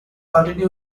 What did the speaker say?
continue